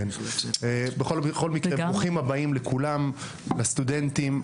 בכל מקרה, ברוכים הבאים כולם, סטודנטים.